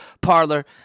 parlor